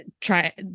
try